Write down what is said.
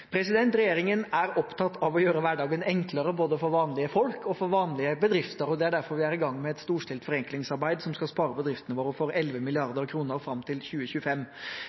Regjeringen er opptatt av å gjøre hverdagen enklere, både for vanlige folk og for vanlige bedrifter. Det er derfor vi er i gang med et storstilt forenklingsarbeid som skal spare bedriftene våre for 11 mrd. kr fram til 2025.